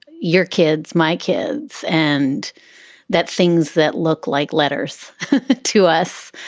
your kids, my kids, and that things that look like letters to us.